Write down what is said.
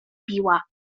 biła